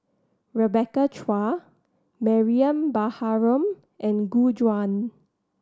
Rebecca Chua Mariam Baharom and Gu Juan